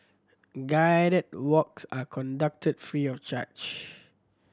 guided walks are conducted free of charge